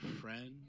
friend